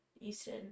easton